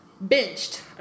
benched